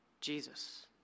Jesus